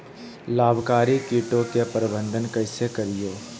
लाभकारी कीटों के प्रबंधन कैसे करीये?